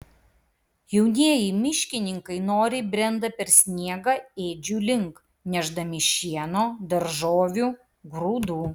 jaunieji miškininkai noriai brenda per sniegą ėdžių link nešdami šieno daržovių grūdų